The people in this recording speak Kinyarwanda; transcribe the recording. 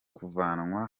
kuvanwa